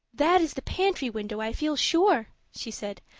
that is the pantry window, i feel sure, she said,